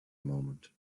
moment